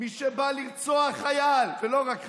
מי שבא לרצוח חייל, ולא רק חייל,